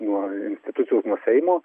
nuo institucijų seimo